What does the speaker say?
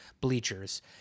bleachers